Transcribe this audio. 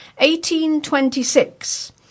1826